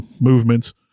movements